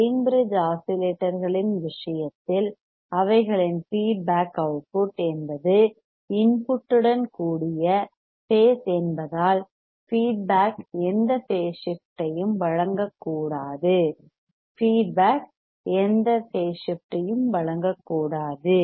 Wien bridge ஆஸிலேட்டர்களின் விஷயத்தில் அவைகளின் ஃபீட்பேக் அவுட்புட் என்பது இன்புட் உடன் கூடிய பேஸ் என்பதால் ஃபீட்பேக் எந்த பேஸ் ஷிப்ட் ஐயும் வழங்கக்கூடாது ஃபீட்பேக் எந்த பேஸ் ஷிப்ட் ஐயும் வழங்கக்கூடாது